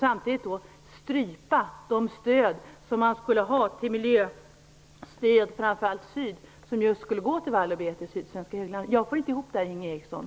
Samtidigt vill man strypa det stöd som skulle gå till just vall och bete på sydsvenska höglandet. Jag får inte ihop detta, Inge Carlsson.